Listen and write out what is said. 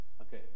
Okay